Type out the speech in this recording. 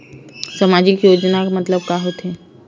सामजिक योजना मतलब का होथे?